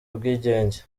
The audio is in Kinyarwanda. ubwigenge